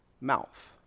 mouth